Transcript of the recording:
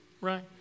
right